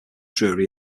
drury